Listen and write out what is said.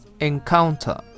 encounter